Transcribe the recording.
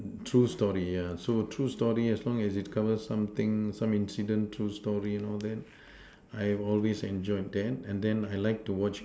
true story yeah so true story as long as it cover something some incident true story and all that I have always enjoyed that and then I like to watch